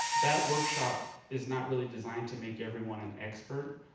that workshop is not really designed to make everyone an expert.